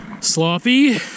sloppy